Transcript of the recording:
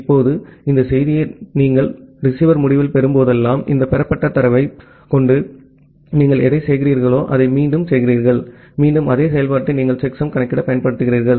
இப்போது இந்த செய்தியை நீங்கள் ரிசீவர் முடிவில் பெறும்போதெல்லாம் இந்த பெறப்பட்ட தரவைக் கொண்டு நீங்கள் எதைச் செய்கிறீர்களோ அதை மீண்டும் செய்கிறீர்கள் மீண்டும் அதே செயல்பாட்டை நீங்கள் செக்சம் கணக்கிட பயன்படுத்துகிறீர்கள்